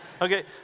Okay